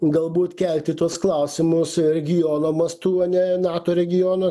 galbūt kelti tuos klausimus regiono mastu ane nato regiono